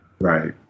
Right